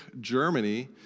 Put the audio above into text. Germany